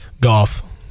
Golf